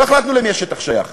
לא החלטנו למי השטח שייך.